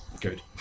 good